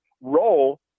role